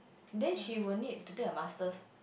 then she will need to take a Masters